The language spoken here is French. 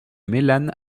mélanes